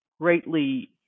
greatly